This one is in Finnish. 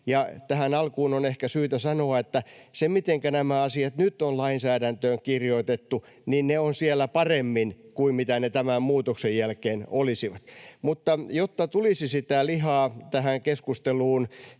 tähän alkuun on ehkä syytä sanoa, että mitenkä nämä asiat nyt ovat lainsäädäntöön kirjoitettu, niin ne ovat siellä paremmin kuin mitä ne tämän muutoksen jälkeen olisivat. Mutta jotta tulisi vertauskuvallisesti sitä lihaa tähän keskusteluun,